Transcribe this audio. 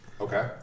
Okay